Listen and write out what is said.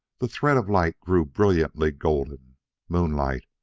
the thread of light grew brilliantly golden moonlight,